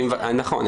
נכון.